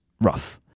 rough